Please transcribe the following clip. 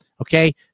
Okay